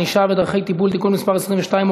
ענישה ודרכי טיפול) (תיקון מס' 22,